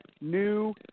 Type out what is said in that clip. new